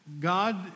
God